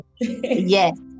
yes